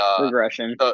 regression